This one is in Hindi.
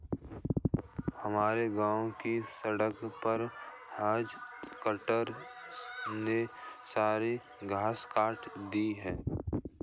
हमारे गांव की सड़क पर हेज कटर ने सारे घास काट दिए हैं